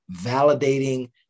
validating